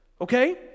Okay